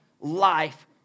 life